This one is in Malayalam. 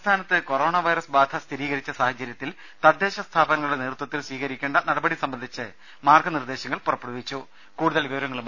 സംസ്ഥാനത്ത് കൊറോണ വൈറസ് ബാധ സ്ഥിരീകരിച്ച് സാഹചര്യത്തിൽ തദ്ദേശസ്ഥാപനങ്ങളുടെ നേതൃത്വത്തിൽ സ്വീകരിക്കേണ്ട നടപടി സംബ ന്ധിച്ച നിർദേശങ്ങൾ പുറപ്പെടുവിച്ചു